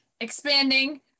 expanding